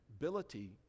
ability